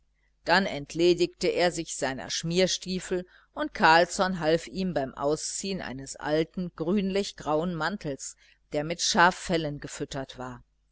dann entledigte er sich seiner schmierstiefel und carlsson half ihm beim ausziehen eines alten grünlichgrauen mantels der mit schaffellen gefüttert war